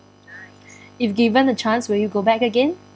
if given the chance will you go back again